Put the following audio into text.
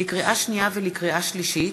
לקריאה שנייה ולקריאה שלישית: